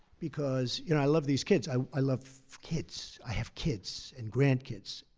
because, you know, i love these kids. i i love kids. i have kids and grandkids.